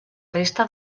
resta